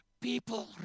People